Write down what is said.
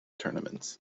tournaments